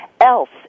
else